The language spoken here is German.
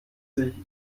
sich